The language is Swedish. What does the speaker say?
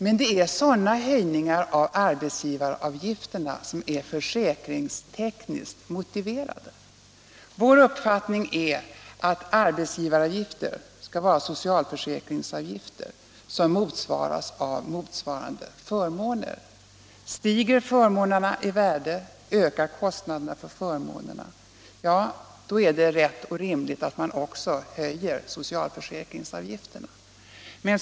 Men det är sådana höjningar av arbetsgivaravgifterna som är försäkringstekniskt motiverade. Vår uppfattning är att arbetsgivaravgifter skall vara socialförsäkringsavgifter som motsvaras av förmåner. Stiger förmånerna i värde och ökar kostnaderna för förmånerna, då är det rätt och rimligt att man också höjer socialförsäkringsavgifterna.